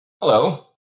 Hello